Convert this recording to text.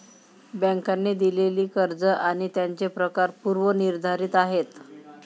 बँकांनी दिलेली कर्ज आणि त्यांचे प्रकार पूर्व निर्धारित आहेत